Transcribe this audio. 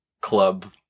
club